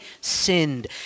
sinned